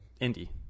Indy